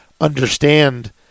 understand